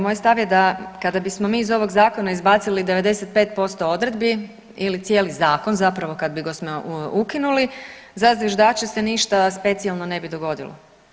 Moj stav je da kada bismo mi iz ovog zakona izbacili 95% odredbi ili cijeli zakon zapravo kada bismo ga ukinuli za zviždače se ništa specijalno ne bi dogodilo.